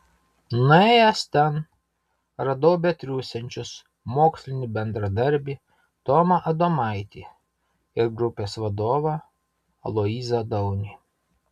nuėjęs ten radau betriūsiančius mokslinį bendradarbį tomą adomaitį ir grupės vadovą aloyzą daunį